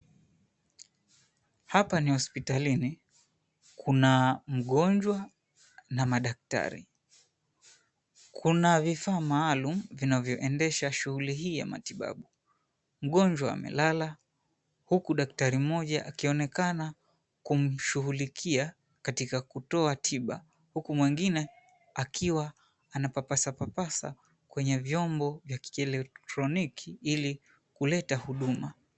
Hapa ni hospitalini, kuna mgonjwa na madaktari, kuna vifaa maalum vinavyoendesha shughuli hii ya matibabu. Mgonjwa amelala huku daktari mmoja akionekana kumshughulikia katika kutoa tiba huku mwingine akiwa anapapasa papasa kwenye vyombo vya kielektroniki ili kuleta huduma.